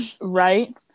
right